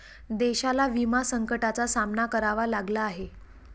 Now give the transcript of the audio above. देशाला विमा संकटाचा सामना करावा लागला आहे